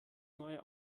neue